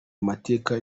amateka